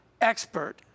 expert